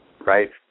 Right